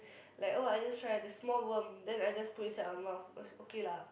like oh I just tried the small worm then I just put inside my mouth it was okay lah